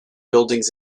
buildings